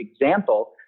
example